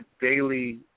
daily